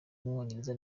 w’umwongereza